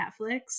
netflix